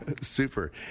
Super